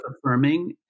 affirming